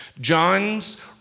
john's